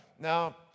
Now